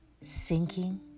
sinking